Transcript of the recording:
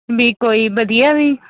ਵੀ ਕੋਈ ਵਧੀਆ ਵੀ